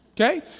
Okay